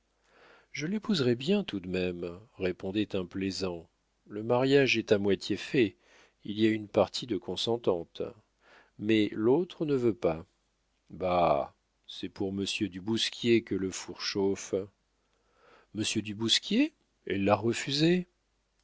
je l'épouserais bien tout de même répondait un plaisant le mariage est à moitié fait il y a une partie de consentante mais l'autre ne veut pas bah c'est pour monsieur du bousquier que le four chauffe monsieur du bousquier elle l'a refusé